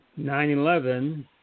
9-11